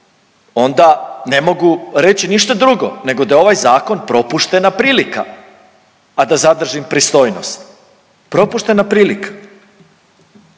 onda ne mogu reći ništa drugo nego da je ovaj zakon propuštena prilika, a da zadržim pristojnost. Propuštena prilika.